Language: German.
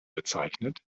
bezeichnet